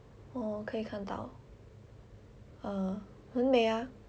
orh 可以看到很美啊